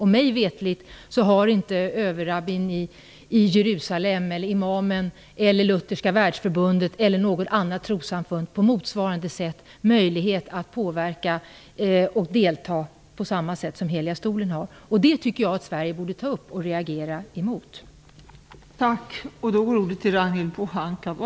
Mig veterligt har inte överrabbin i Jerusalem, imamen eller Lutherska världsförbundet eller något annat trossamfund möjlighet att påverka och delta på samma sätt som Heliga stolen. Jag tycker att Sverige borde reagera på denna punkt.